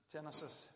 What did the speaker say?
Genesis